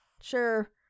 sure